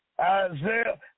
Isaiah